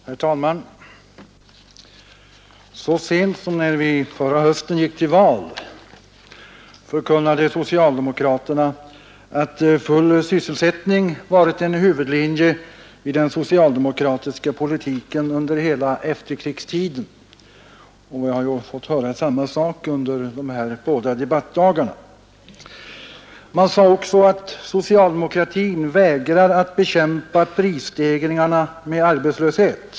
Herr talman! Så sent som när vi förra hösten gick till val förkunnade socialdemokraterna att full sysselsättning varit en huvudlinje i den socialdemokratiska politiken under hela efterkrigstiden, och vi har fått höra samma sak under de här båda debattdagarna. Man sade också att socialdemokratin vägrar att bekämpa prisstegringarna med arbetslöshet.